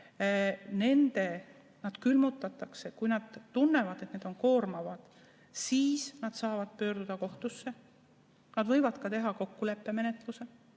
euroga, külmutatakse. Kui vanemad tunnevad, et need on koormavad, siis nad saavad pöörduda kohtusse. Nad võivad teha ka kokkuleppemenetluse,